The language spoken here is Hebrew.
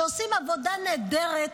שעושים עבודה נהדרת,